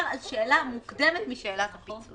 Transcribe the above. הוא מדבר על שאלה מוקדמת משאלת הפיצוי.